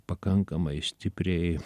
pakankamai stipriai